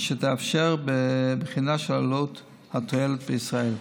שתאפשר בחינה של עלות תועלת בישראל.